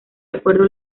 acuerdo